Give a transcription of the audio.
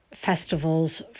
festivals